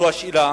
הוא השאלה